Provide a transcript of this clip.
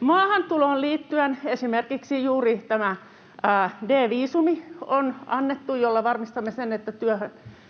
Maahantuloon liittyen esimerkiksi juuri tämä D-viisumi on annettu, jolla varmistamme sen, että